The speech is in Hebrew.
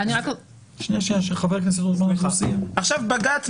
עכשיו בג"ץ,